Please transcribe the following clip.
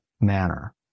manner